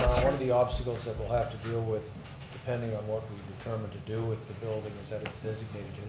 one of the obstacles that we'll have to deal with depending on what we we determine to do with the building is that it's designated,